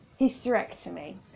hysterectomy